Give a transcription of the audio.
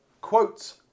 Quotes